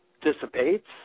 dissipates